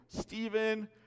Stephen